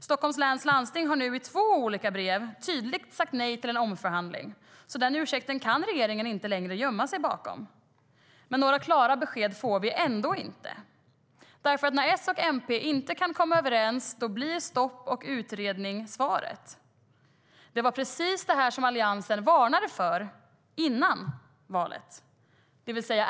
Stockholms läns landsting har nu i två olika brev tydligt sagt nej till en omförhandling. Den ursäkten kan regeringen alltså inte längre gömma sig bakom. Men några klara besked får vi ändå inte. När S och MP inte kan komma överens blir stopp och utredning svaret. Det var precis det som Alliansen varnade för före valet.